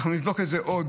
אנחנו נבדוק את זה עוד.